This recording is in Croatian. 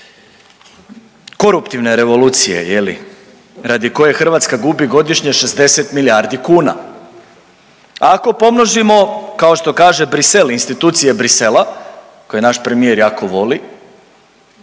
koruptivne revolucije je li radi koje Hrvatska gubi godišnje 60 milijardi kuna. Ako pomnožimo kao što kaže Bruxelles institucije Bruxellesa koje naš premijer jako voli,